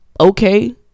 okay